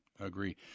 agree